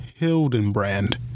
Hildenbrand